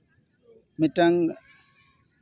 ᱢᱤᱫᱴᱟᱱ